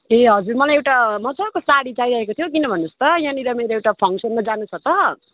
ए हजुर मलाई एउटा मजाको साडी चाहिरहेको थियो किन भन्नुहोस् त यहाँनिर मेरो एउटा फङ्कसनमा जानु छ त